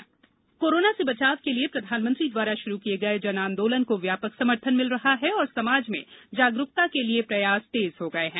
जन आंदोलन appeal corona से बचाव के लिए प्रधानमंत्री द्वारा शुरू किये गये जन आंदोलन को व्यापक समर्थन मिल रहा है और समाज में जागरूकता के लिए प्रयास तेज हो गये है